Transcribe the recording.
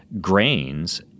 grains